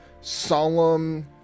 solemn